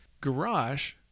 Garage